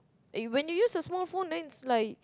when you use a small phone then it's like